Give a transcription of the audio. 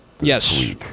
Yes